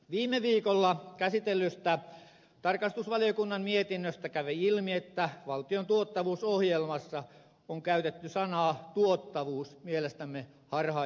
viime viikolla käsitellystä tarkastusvaliokunnan mietinnöstä kävi ilmi että valtion tuottavuusohjelmassa on käytetty sanaa tuottavuus mielestämme harhaanjohtavasti